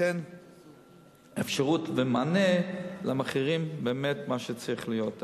ייתן אפשרות ומענה למחירים באמת כפי שצריכים להיות.